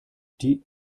die